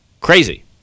Crazy